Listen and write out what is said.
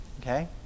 Okay